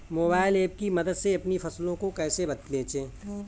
Mobile app की मदद से अपनी फसलों को कैसे बेचें?